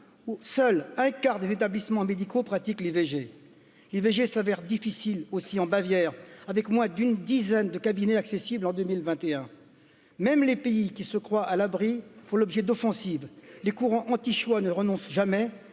où seul un quart des établissements médicaux pratiquent les v g les g s'avèrent difficiles aussi en bavière avec moins d'une dizaine de cabinets accessibles en deux mille vingt et un même les pays qui se croient à l'abri font l'objet d'offensives les courants anti choix nee renoncent jamais